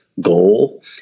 goal